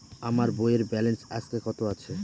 আমার বইয়ের ব্যালেন্স আজকে কত আছে?